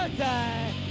die